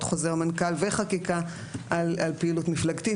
חוזר מנכ"ל וחקיקה על פעילות מפלגתית,